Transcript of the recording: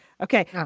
Okay